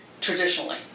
traditionally